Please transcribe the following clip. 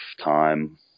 time